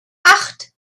acht